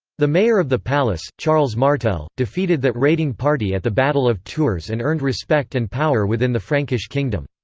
the mayor of the palace, charles martel, defeated that raiding party at the battle of tours and earned respect and power within the frankish kingdom.